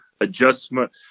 adjustment